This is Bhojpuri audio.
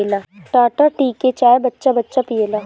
टाटा टी के चाय बच्चा बच्चा पियेला